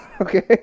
okay